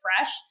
Fresh